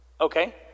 okay